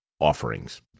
offerings